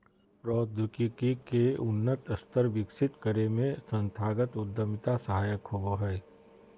प्रौद्योगिकी के उन्नत स्तर विकसित करे में संस्थागत उद्यमिता सहायक होबो हय